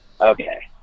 Okay